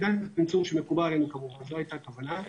צמצום שמקבל עלינו, זאת הייתה הכוונה.